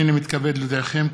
הינני מתכבד להודיעכם,